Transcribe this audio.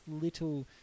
little